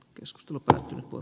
keskustelu päin kun